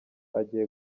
agiye